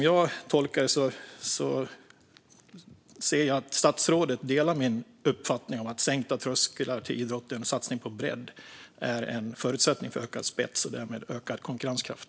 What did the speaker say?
Jag tolkar det som att statsrådet delar min uppfattning att sänkta trösklar till idrotten och satsning på bredd är en förutsättning för ökad spets och därmed ökad konkurrenskraft.